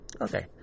Okay